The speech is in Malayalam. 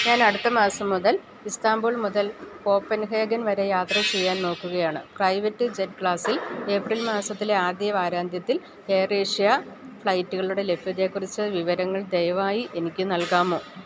ഞാൻ അടുത്ത മാസം മുതൽ ഇസ്താംബുൾ മുതൽ കോപ്പൻഹേഗൻ വരെ യാത്ര ചെയ്യാൻ നോക്കുകയാണ് പ്രൈവറ്റ് ജെറ്റ് ക്ലാസിൽ ഏപ്രിൽ മാസത്തിലെ ആദ്യ വാരാന്ത്യത്തിൽ എയർ ഏഷ്യ ഫ്ലൈറ്റുകളുടെ ലഭ്യതയെക്കുറിച്ച് വിവരങ്ങൾ ദയവായി എനിക്ക് നൽകാമോ